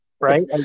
Right